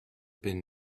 been